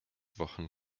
wochen